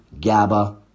GABA